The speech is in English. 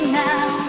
now